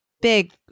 big